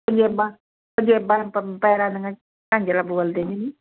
ਪੰਜੇਬਾਂ ਪੰਜੇਬਾਂ ਪ ਪੈਰਾਂ ਦੀਆਂ ਝਾਂਜਰਾ ਬੋਲਦੇ ਜਿਸਨੂੰ